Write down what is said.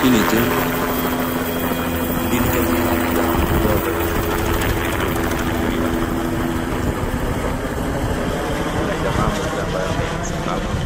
Hii ni jengo mbili kati izi za majumba ambazo ziko kwenye hii jengo imefunguliwa, moja imefungwa kuna jamaa ambaye amesimama,